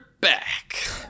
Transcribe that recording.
back